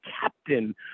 captain